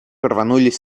рванулись